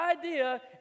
idea